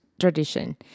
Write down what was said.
tradition